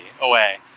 away